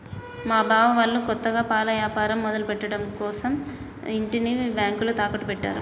మా బావ వాళ్ళు కొత్తగా పాల యాపారం మొదలుపెట్టడం కోసరం ఇంటిని బ్యేంకులో తాకట్టు పెట్టారు